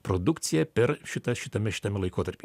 produkcija per šitą šitame šitame laikotarpy